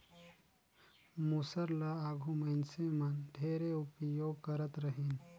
मूसर ल आघु मइनसे मन ढेरे उपियोग करत रहिन